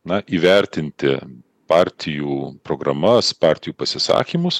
na įvertinti partijų programas partijų pasisakymus